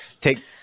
Take